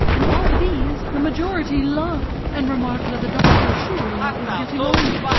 and of these the majority laugh and remark that the doctor surely is getting old.